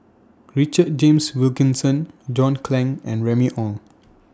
Richard James Wilkinson John Clang and Remy Ong